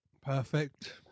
perfect